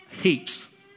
heaps